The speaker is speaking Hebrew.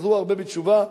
הרבה חזרו בתשובה,